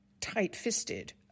tight-fisted